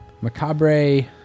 macabre